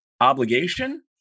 obligation